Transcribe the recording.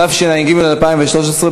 התשע"ג 2013,